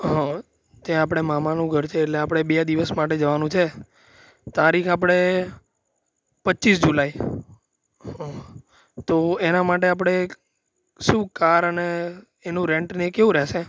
હા ત્યાં આપણા મામાનું ઘર છે એટલે આપણે બે દિવસ માટે જવાનું છે તારીખ આપણે પચીસ જુલાઈ હં તો એના માટે આપણે એક શું કાર અને એનું રેન્ટ ને એ કેવું રહેશે